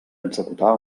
executar